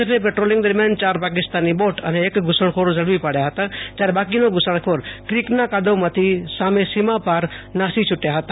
FA patrolling દરમ્યાન યાર Pakistani boat અને એક ધુસણખોર ઝડપી પાડ્યા હતા જયારે બાકીના ધુ સણખોર કિકના કાદવમાંથી સામે સીમા પાર નાસી છુટ્યા હતા